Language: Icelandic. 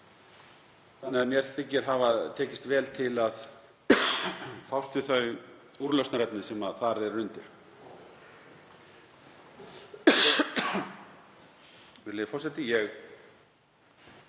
þannig að mér þykir hafa tekist vel til að fást við þau úrlausnarefni sem þar eru undir. Virðulegi forseti.